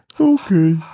Okay